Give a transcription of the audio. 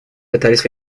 пытались